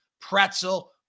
pretzel